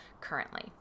currently